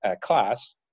class